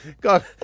God